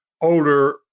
older